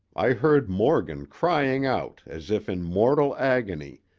i heard morgan crying out as if in mortal agony,